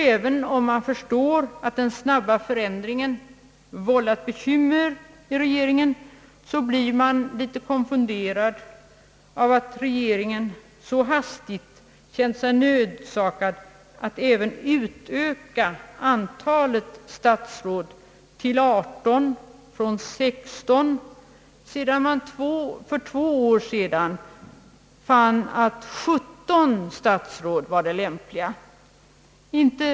Även om man förstår att den snabba förändringen vållade bekymmer i regeringen, blir man litet konfunderad av att regeringen så hastigt kände sig nödsakad att även öka antalet statsråd från 16 till 18 sedan 17 statsråd för två år sedan befunnits vara det lämpliga antalet.